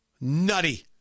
Nutty